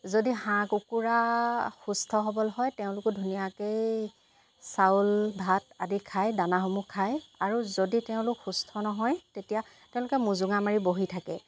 যদি হাঁহ কুকুৰাৰ সুস্থ সবল হয় তেওঁলোকেও ধুনীয়াকৈয়ে চাউল ভাত আদি খায় দানাসমূহ খায় আৰু যদি তেওঁলোক সুস্থ নহয় তেতিয়া তেওঁলোকে মোজোঙা মাৰি বহি থাকে